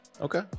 Okay